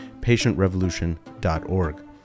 patientrevolution.org